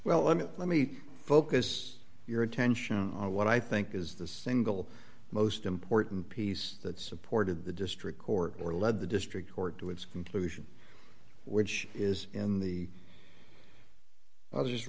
well let me let me focus your attention on what i think is the single most important piece that supported the district court or lead the district court to its conclusion which is in the i'll just